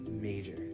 Major